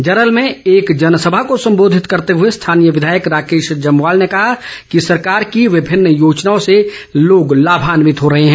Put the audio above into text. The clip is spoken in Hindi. जरल में एक जनसभा को संबोधित करते हुए स्थानीय विधायक राकेश जमवाल ने कहा कि सरकार की विभिन्न योजनाओं से लोग लाभान्वित हो रहे हैं